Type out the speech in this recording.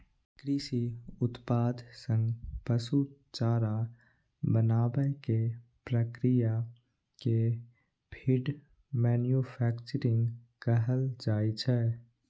कृषि उत्पाद सं पशु चारा बनाबै के प्रक्रिया कें फीड मैन्यूफैक्चरिंग कहल जाइ छै